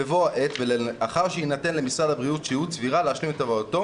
בבוא העת ולאחר שיינתן למשרד הבריאות שהות סבירה להשלים את עבודתו,